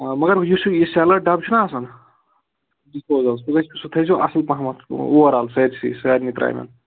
مَگر یُس یہِ سیلیٚڈ ڈَبہٕ چھناہ آسان ڈِسپوزل سُہ تھٲوِزیٚو اَصٕل پہم اَوٗوَر آل سٲرسٕے سارِنٕے ترٛامیٚن